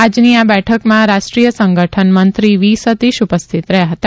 આજની આ બેઠકમાં રાષ્ટ્રીય સંગઠન મંત્રી વી સતીશ ઉપસ્થિત રહ્યા હતા